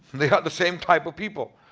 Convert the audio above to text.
they got the same type of people.